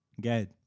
Good